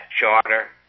charter